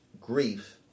grief